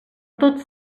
tots